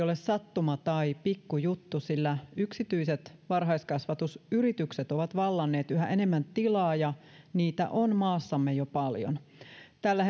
ole sattuma tai pikku juttu sillä yksityiset varhaiskasvatusyritykset ovat vallanneet yhä enemmän tilaa ja niitä on maassamme jo paljon tällä